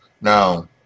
Now